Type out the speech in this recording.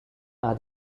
are